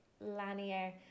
Lanier